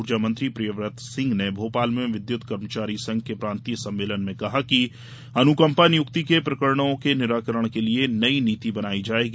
ऊर्जा मंत्री प्रियव्रत सिंह ने भोपाल में विद्युत कर्मचारी संघ के प्रांतीय सम्मेलन में कहा कि अनुकम्पा नियुक्ति के प्रकरणों के निराकरण के लिये नई नीति बनाई जायेगी